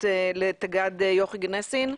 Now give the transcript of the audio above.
תג"ד יוכי גנסין.